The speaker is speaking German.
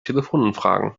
telefonumfragen